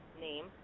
name